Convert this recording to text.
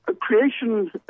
Creation